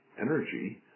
energy